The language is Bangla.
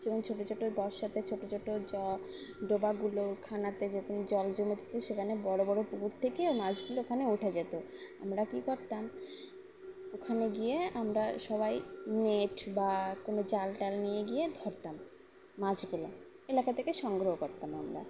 যেমন ছোটো ছোটো বর্ষাতে ছোটো ছোটো ডোবাগুলো খানাতে যে জল জমে থাকতো সেখানে বড়ো বড়ো পুকুর থেকে মাছগুলো ওখানে উঠে যেতো আমরা কী করতাম ওখানে গিয়ে আমরা সবাই নেট বা কোনো জাল টাল নিয়ে গিয়ে ধরতাম মাছগুলো এলাকা থেকে সংগ্রহ করতাম আমরা